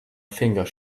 finger